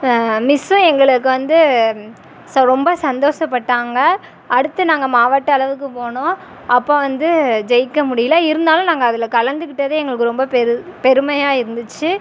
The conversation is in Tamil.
மிஸ்ஸும் எங்களுக்கு வந்து ச ரொம்ப சந்தோஷப்பட்டாங்க அடுத்து நாங்கள் மாவட்ட அளவுக்குப் போனோம் அப்போ வந்து ஜெயிக்க முடியலை இருந்தாலும் நாங்கள் அதில் கலந்துக்கிட்டதே எங்களுக்கு ரொம்ப பெரு பெருமையாக இருந்துச்சு